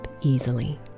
easily